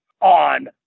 on